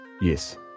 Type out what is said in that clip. Yes